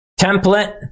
template